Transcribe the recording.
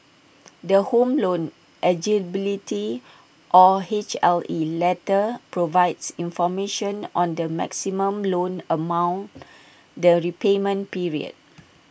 the home loan eligibility or H L E letter provides information on the maximum loan amount the repayment period